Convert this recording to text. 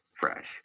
fresh